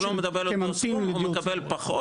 הוא לא מקבל את אותו סכום, הוא מקבל פחות.